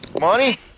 Monty